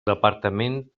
departament